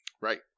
right